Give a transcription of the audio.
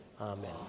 Amen